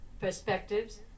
perspectives